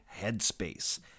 Headspace